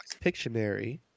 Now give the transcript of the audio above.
Pictionary